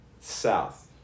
South